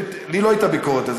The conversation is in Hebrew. לי לא הייתה ביקורת על זה,